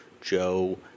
Joe